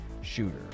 shooter